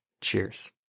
Cheers